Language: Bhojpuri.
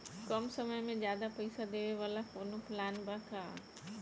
कम समय में ज्यादा पइसा देवे वाला कवनो प्लान बा की?